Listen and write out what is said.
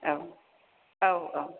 औ औ औ